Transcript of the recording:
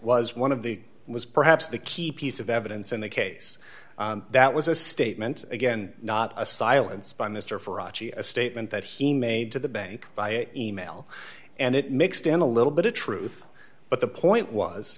was one of the it was perhaps the key piece of evidence in the case that was a statement again not a silence by mr for achi a statement that he made to the bank by e mail and it mixed in a little bit of truth but the point was